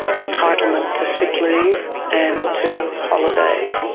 entitlement to sick leave and to holidays.